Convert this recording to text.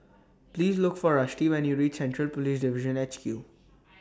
Please Look For Rusty when YOU REACH Central Police Division H Q